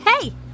Hey